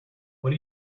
what